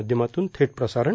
माध्यमातून थेट प्रसारण